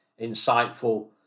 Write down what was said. insightful